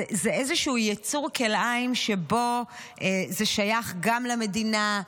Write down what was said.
זה איזשהו יצור כלאיים שבו זה שייך גם למדינה,